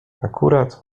akurat